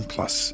Plus